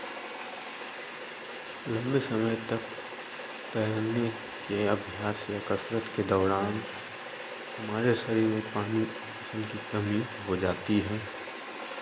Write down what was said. लम्बे समय तक तैरने के अभ्यास या कसरत के दौरान हमारे शरीर की पानी हल्की कमी हो जाती है